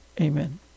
Amen